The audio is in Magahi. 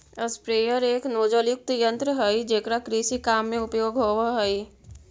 स्प्रेयर एक नोजलयुक्त यन्त्र हई जेकरा कृषि काम में उपयोग होवऽ हई